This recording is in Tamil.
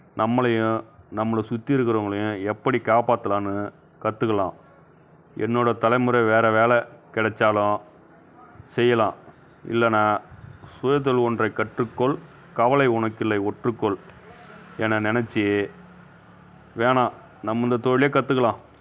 நம்மளையும் நம்மளை சுற்றி இருக்கிறவங்களையும் எப்படி காப்பாற்றலான்னு கற்றுக்கலாம் என்னோடய தலைமுறை வேறு வேலை கிடச்சாலும் செய்யலாம் இல்லைன்னா சுய தொழில் ஒன்றைக் கற்றுக்கொள் கவலை உனக்கில்லை ஒற்றுக்கொள் என நினச்சி வேணால் நம்ம இந்த தொழிலே கற்றுக்கலாம்